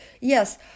Yes